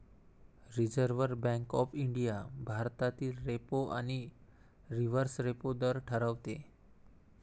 reserve bank of India भारतातील repo आणि reverse repo दर ठरवते